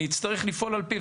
אני אצטרך לפעול על פיו.